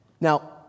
Now